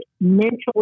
mentally